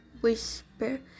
whisper